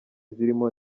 zirimo